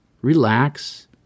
relax